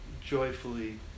joyfully